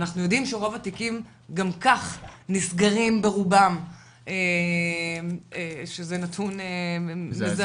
אנחנו יודעים שרוב התיקים גם כך נסגרים ברובם שזה נתון מזעזע